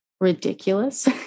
ridiculous